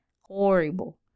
horrible